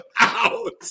out